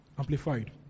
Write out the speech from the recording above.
Amplified